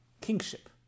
kingship